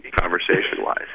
conversation-wise